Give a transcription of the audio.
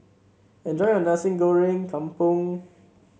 enjoy your Nasi Goreng Kampung